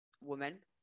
woman